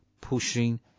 pushing